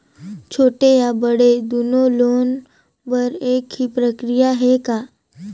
छोटे या बड़े दुनो लोन बर एक ही प्रक्रिया है का?